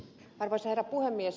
arvoisa herra puhemies